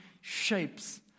shapes